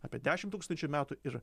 apie dešim tūkstančių metų ir